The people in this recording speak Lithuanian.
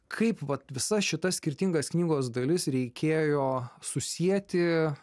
kaip vat visas šitas skirtingas knygos dalis reikėjo susieti